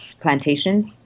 plantations